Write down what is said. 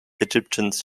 egyptians